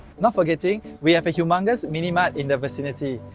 not forgetting, we have a humongous mini mart in the vicinity.